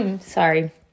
sorry